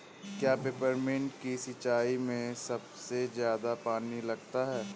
क्या पेपरमिंट की सिंचाई में सबसे ज्यादा पानी लगता है?